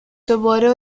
دوباره